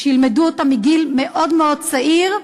שילמדו אותה מגיל מאוד מאוד צעיר,